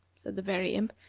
said the very imp,